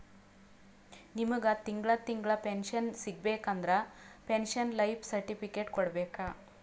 ನಿಮ್ಮಗ್ ತಿಂಗಳಾ ತಿಂಗಳಾ ಪೆನ್ಶನ್ ಸಿಗಬೇಕ ಅಂದುರ್ ಪೆನ್ಶನ್ ಲೈಫ್ ಸರ್ಟಿಫಿಕೇಟ್ ಕೊಡ್ಬೇಕ್